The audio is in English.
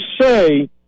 say